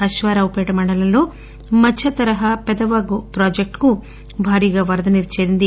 అశ్వారావుపేట మండలంలో మధ్యతరహా పెదవాగుప్రాజెక్లుకు భారీగా వరదనీరు చేరింది